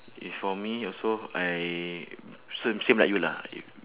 if for me also I same same like you lah in